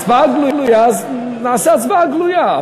הצבעה גלויה, אז נעשה הצבעה גלויה.